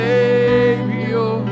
Savior